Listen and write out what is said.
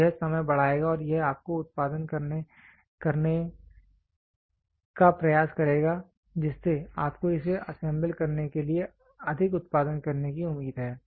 तो यह समय बढ़ाएगा और यह आपको उत्पादन करने का प्रयास करेगा जिससे आपको इसे असेंबल करने के लिए अधिक उत्पादन करने की उम्मीद है